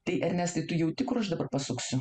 tai ernestai tu jauti kur aš dabar pasuksiu